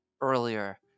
earlier